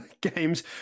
games